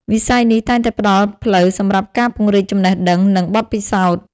វិស័យនេះតែងតែផ្តល់ផ្លូវសម្រាប់ការពង្រីកចំណេះដឹង និងបទពិសោធន៍។